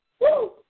Woo